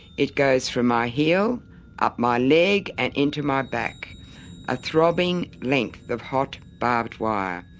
it goes from my heel up my leg and into my back a throbbing length of hot barbed wire.